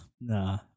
Nah